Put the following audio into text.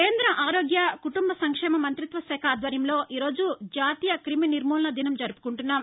కేంద్ర ఆరోగ్య కుటుంబ సంక్షేమ మంతిత్వ శాఖ అధ్వర్యంలో ఈ రోజు జాతీయ క్రిమి నిర్మూలనా దినం జరుపుకుంటున్నాం